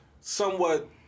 somewhat